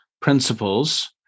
principles